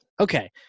Okay